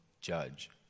judge